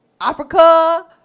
Africa